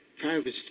privacy